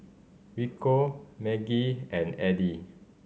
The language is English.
Rico Maggie and Addie